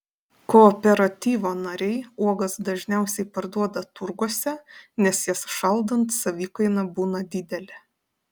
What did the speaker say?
kooperatyvo nariai uogas dažniausiai parduoda turguose nes jas šaldant savikaina būna didelė